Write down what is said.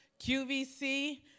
QVC